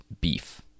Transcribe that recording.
beef